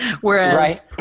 whereas